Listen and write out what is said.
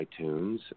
iTunes